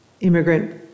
immigrant